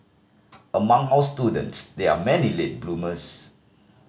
among our students there are many late bloomers